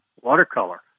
watercolor